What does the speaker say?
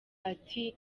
ati